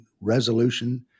resolution